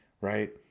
right